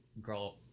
girl